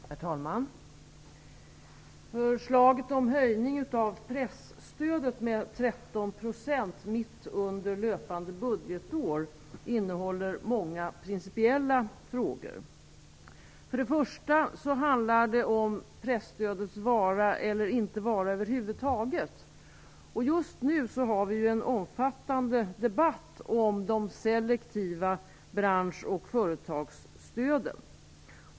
Herr talman! Förslaget om höjning av presstödet med 13 % mitt under löpande budgetår innehåller många principiella frågor. För det första handlar det om presstödets vara eller inte vara över huvud taget. Just nu har vi en omfattande debatt om de selektiva bransch och företagsstöden.